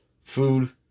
food